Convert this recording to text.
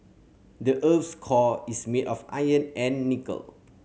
the earth's core is made of iron and nickel